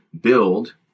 build